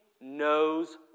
knows